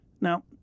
Now